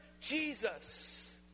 Jesus